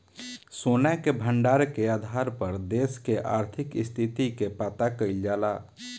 सोना के भंडार के आधार पर देश के आर्थिक स्थिति के पता कईल जाला